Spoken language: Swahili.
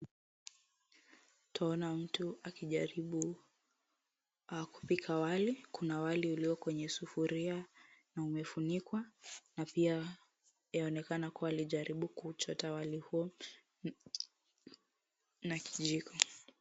Utaona mtu akijaribu kupika wali. Kuna wali ulio kwenye sufuria na umefunikwa na pia yaonekana kuwa alijaribu kuchota wali huo na kijiko.